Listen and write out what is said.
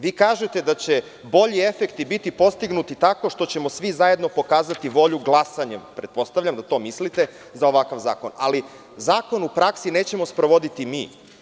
Vi kažete da će bolji efekti biti postignuti tako što ćemo svi zajedno pokazati volju glasanjem, pretpostavljam da to mislite za ovakav zakon, ali zakon u praksi nećemo sprovoditi mi.